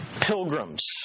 pilgrims